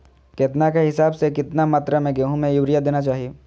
केतना के हिसाब से, कितना मात्रा में गेहूं में यूरिया देना चाही?